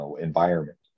environment